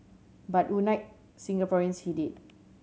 but unite Singaporeans he did